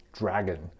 dragon